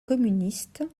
communiste